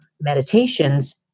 Meditations